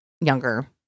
younger